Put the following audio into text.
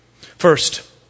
First